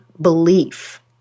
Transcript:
belief